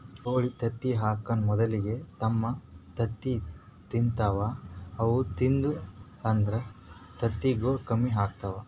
ಕೋಳಿ ತತ್ತಿ ಹಾಕಾನ್ ಮೊದಲಿಗೆ ತಮ್ ತತ್ತಿ ತಿಂತಾವ್ ಅವು ತಿಂದು ಅಂದ್ರ ತತ್ತಿಗೊಳ್ ಕಮ್ಮಿ ಆತವ್